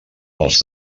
els